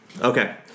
Okay